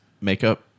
makeup